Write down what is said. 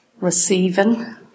receiving